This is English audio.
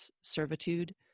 servitude